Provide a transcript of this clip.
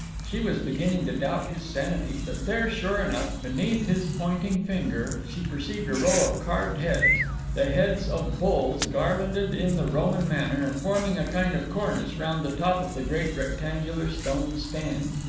she was beginning to doubt his sanity. but there, sure enough, beneath his pointing finger, she perceived a row of carved heads the heads of bulls, garlanded in the roman manner, and forming a kind of cornice round the top of the great rectangular stone stand.